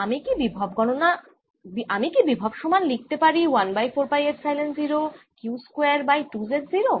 আমি কি বিভব সমান লিখতে পারি 1 by 4 pi epsilon 0 q square by 2z0